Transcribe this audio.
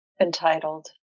Entitled